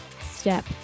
step